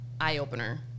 eye-opener